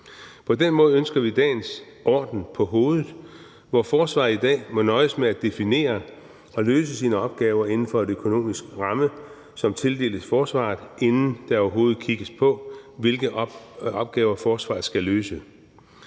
På den måde ønsker vi dagens orden, hvor forsvaret i dag må nøjes med at definere og løse sine opgaver inden for en økonomisk ramme, som tildeles forsvaret, inden der overhovedet kigges på, hvilke opgaver forsvaret skal løse,